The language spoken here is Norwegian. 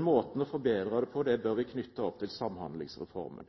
Måten å forbedre det på bør knyttes opp til